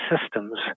systems